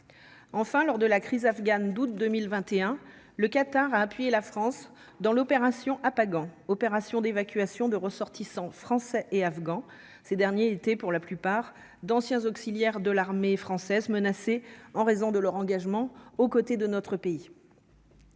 Enfin, lors de la crise afghane d'août 2021, le Qatar a appuyé la France dans l'opération Apagan opération d'évacuation de ressortissants français et afghans, ces derniers étaient pour la plupart d'anciens auxiliaires de l'armée française menacée en raison de leur engagement aux côtés de notre pays.